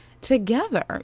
together